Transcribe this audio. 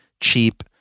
cheap